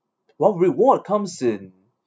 well reward comes in